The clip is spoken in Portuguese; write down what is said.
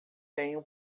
tenho